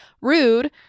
Rude